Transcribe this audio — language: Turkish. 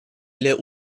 ile